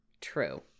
True